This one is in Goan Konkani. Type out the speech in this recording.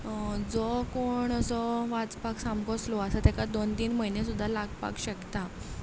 जो कोण असो वाचपाक सामको स्लो आसा ताका दोन तीन म्हयने सुद्दां लागपाक शकता